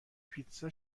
پیتزا